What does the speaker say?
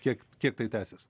kiek kiek tai tęsis